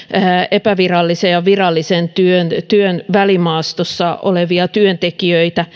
epävirallisen ja virallisen työn välimaastossa olevia työntekijöitä